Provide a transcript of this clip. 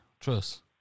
Trust